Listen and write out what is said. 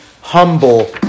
humble